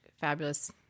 fabulous